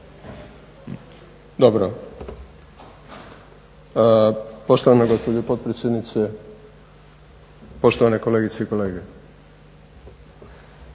dobro. Poštovana gospođo potpredsjednice, poštovane kolegice i kolege.